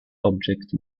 object